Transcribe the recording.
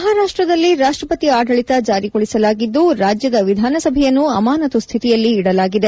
ಮಹಾರಾಷ್ಟದಲ್ಲಿ ರಾಷ್ಟ್ರಪತಿ ಆಡಳಿತ ಜಾರಿಗೊಳಿಸಲಾಗಿದ್ದು ರಾಜ್ಯದ ವಿಧಾನಸಭೆಯನ್ನು ಅಮಾನತು ಸ್ಡಿತಿಯಲ್ಲಿ ಇಡಲಾಗಿದೆ